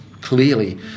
clearly